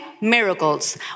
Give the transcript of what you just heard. miracles